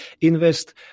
invest